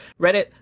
reddit